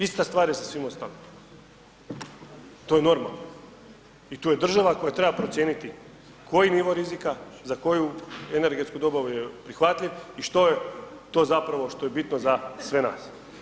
Ista stvar je sa svim ostalim, to je normalno i tu je država koja treba procijeniti koji nivo rizika za koju energetsku dobavu je prihvatljiv i što je to zapravo što je bitno za sve nas.